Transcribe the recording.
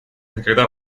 никогда